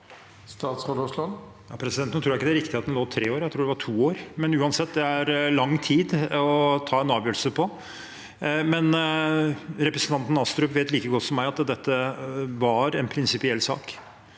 Nå tror jeg ikke det er riktig at den lå der i tre år, jeg tror det var to år. Det er uansett lang tid å ta en avgjørelse på. Representanten Astrup vet like godt som meg at dette var en prinsipiell sak,